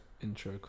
intro